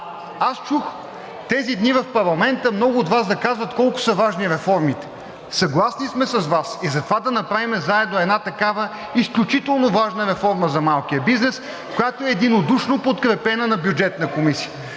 а тези дни в парламента аз чух много от Вас да казват колко са важни реформите. Съгласни сме с Вас и затова заедно да направим една такава изключително важна реформа за малкия бизнес, която е единодушно подкрепена на Бюджетна комисия.